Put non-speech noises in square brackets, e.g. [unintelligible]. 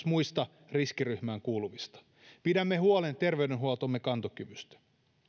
[unintelligible] muista riskiryhmiin kuuluvista pidämme huolen terveydenhuoltomme kantokyvystä